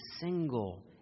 single